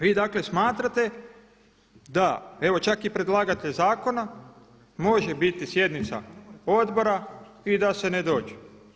Vi dakle smatrate da, evo čak i predlagatelj zakona, može biti sjednica odbora i da se ne dođe.